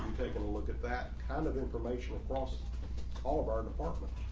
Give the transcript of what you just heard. take um a look at that kind of information across all of our departments.